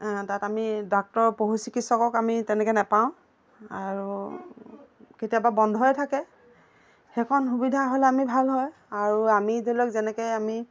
তাত আমি ডাক্তৰ পশু চিকিৎসকক আমি তেনেকৈ নেপাওঁ আৰু কেতিয়াবা বন্ধই থাকে সেইকণ সুবিধা হ'লে আমি ভাল হয় আৰু আমি ধৰি লওক যেনেকৈ আমি